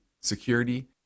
security